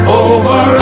over